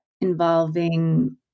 involving